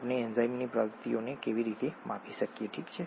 આપણે એન્ઝાઇમની પ્રવૃત્તિને કેવી રીતે માપી શકીએ ઠીક છે